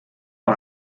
bei